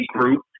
Group